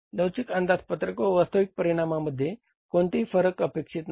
लवचिक अंदाजपत्रक व वास्तविक परिणामामध्ये कोणतेही फरक अपेक्षित नाही